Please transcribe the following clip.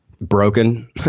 broken